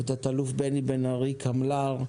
לתא"ל בני בן ארי קמל"ר,